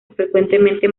frecuentemente